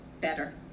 better